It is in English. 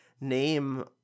name